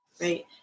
Right